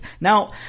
Now